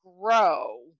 grow